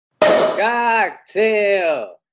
Cocktail